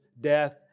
death